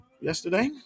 yesterday